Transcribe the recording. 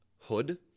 hood